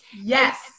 Yes